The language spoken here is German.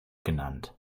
genannt